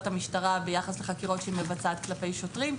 המשטרה ביחס לחקירות שהיא מבצעת כלפי שוטרים,